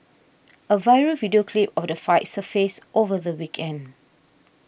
a viral video clip of the fight surfaced over the weekend